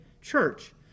Church